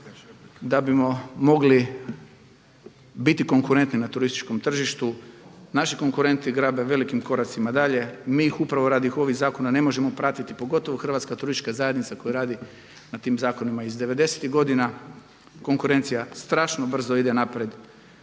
da bismo mogli biti konkurentni na turističkom tržištu, naši konkurentni grabe velikim koracima dalje. Mi ih upravo radi ovih zakona ne možemo pratiti pogotovo Hrvatska turistička zajednica koja radi na tim zakonima iz '90.-tih godina, konkurencija strašno brzo ide naprijed